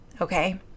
Okay